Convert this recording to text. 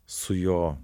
su jo